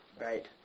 right